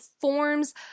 forms